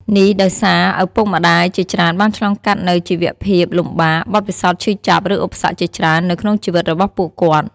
នេះដោយសារ ឪពុកម្ដាយជាច្រើនបានឆ្លងកាត់នូវ ជីវភាពលំបាក បទពិសោធន៍ឈឺចាប់ ឬឧបសគ្គជាច្រើន នៅក្នុងជីវិតរបស់ពួកគាត់។